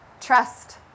Trust